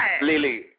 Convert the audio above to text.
Lily